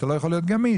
אתה לא יכול להיות גמיש.